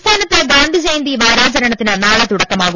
സംസ്ഥാനത്ത് ഗാന്ധിജയന്തി വാരാചരണത്തിന് നാളെ തുട ക്കമാവും